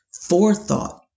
forethought